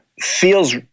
feels